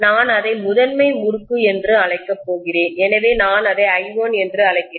நான் அதை முதன்மை முறுக்கு என அழைக்கப் போகிறேன் எனவே நான் அதை i1 என்று அழைக்கிறேன்